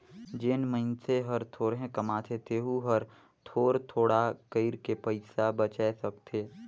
जेन मइनसे हर थोरहें कमाथे तेहू हर थोर थोडा कइर के पइसा बचाय सकथे